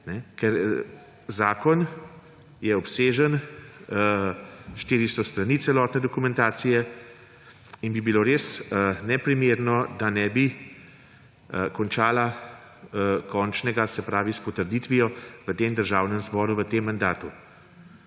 Ker zakon je obsežen, 400 strani celotne dokumentacije je in bi bilo res neprimerno, da ne bi končali do končnega; se pravi s potrditvijo v Državnem zboru v tem mandatu.